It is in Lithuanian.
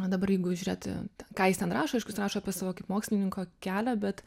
dabar jeigu žiūrėti ką jis ten rašo aišku jis rašo apie savo kaip mokslininko kelią bet